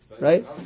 right